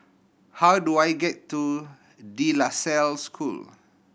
how do I get to De La Salle School